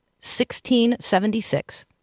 1676